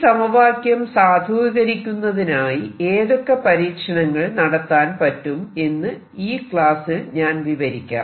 ഈ സമവാക്യം സാധൂകരിക്കുന്നതിനായി ഏതൊക്കെ പരീക്ഷണങ്ങൾ നടത്താൻ പറ്റും എന്ന് ഈ ക്ലാസ്സിൽ ഞാൻ വിവരിക്കാം